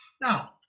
Now